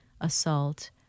assault